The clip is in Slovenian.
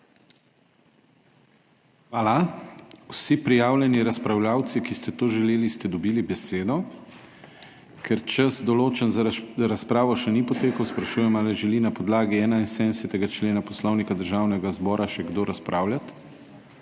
Hvala. Vsi prijavljeni razpravljavci, ki ste to želeli, ste dobili besedo. Ker čas določen za razpravo še ni potekel, sprašujem, ali želi na podlagi 71. člena Poslovnika Državnega zbora še kdo razpravljati?